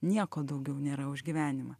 nieko daugiau nėra už gyvenimą